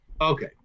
Okay